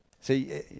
See